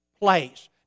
place